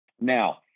Now